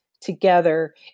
together